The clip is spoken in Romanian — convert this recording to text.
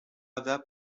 avea